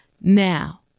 Now